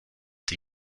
the